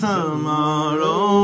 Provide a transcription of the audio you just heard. Tomorrow